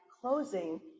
closing